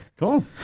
Cool